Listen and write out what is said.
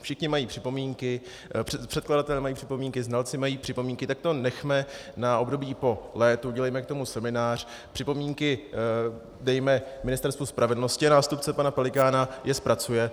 Všichni mají připomínky, předkladatelé mají připomínky, znalci mají připomínky, tak to nechejme na období po létu, udělejme k tomu seminář, připomínky dejme Ministerstvu spravedlnosti a nástupce pana Pelikána je zpracuje.